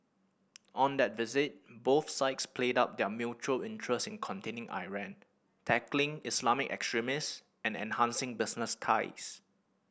on that visit both sides played up their mutual interest in containing Iran tackling Islamic extremist and enhancing business ties